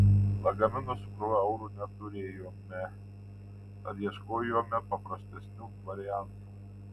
lagamino su krūva eurų neturėjome tad ieškojome paprastesnių variantų